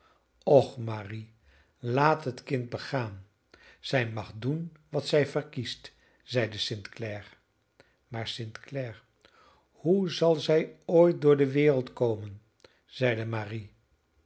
och marie laat het kind begaan zij mag doen wat zij verkiest zeide st clare maar st clare hoe zal zij ooit door de wereld komen zeide marie